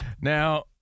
Now